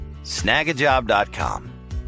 Snagajob.com